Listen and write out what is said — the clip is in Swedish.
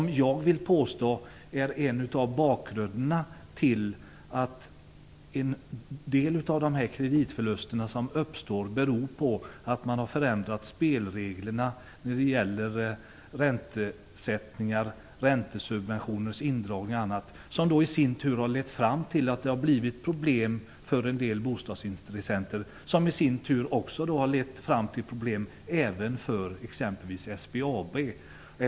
Men jag vill påstå att den politiken är en av orsakerna till en del av kreditförlusterna, eftersom man förändrade spelreglerna för räntesättning, drog in räntesubventionerna osv, vilket i sin tur har lett till problem för vissa bostadsintressenter och även för exempelvis SBAB.